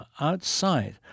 outside